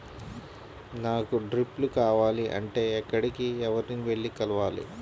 నాకు డ్రిప్లు కావాలి అంటే ఎక్కడికి, ఎవరిని వెళ్లి కలవాలి?